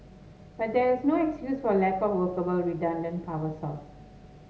but there is no excuse for lack of workable redundant power source